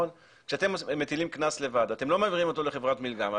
כשאתם מטילים קנס לבד אתם לא מעבירים אותו לחברת מילגם,